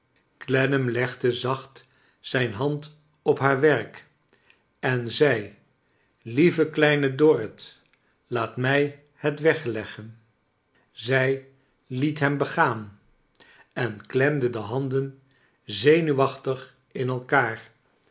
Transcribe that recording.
clennam legde zacht zijn hand op haar werk en zei lieve kleine dorrit laat mij het weg leggen zij liet hem begaan en klemde de handen zenuwachtig in elkaar